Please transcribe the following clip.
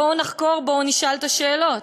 בואו נחקור, בואו נשאל את השאלות.